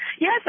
Yes